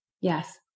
Yes